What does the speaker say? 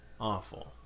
Awful